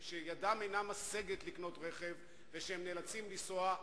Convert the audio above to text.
שידם אינה משגת לקנות רכב והם נאלצים לנסוע,